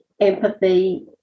empathy